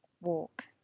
walk